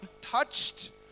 touched